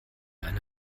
eine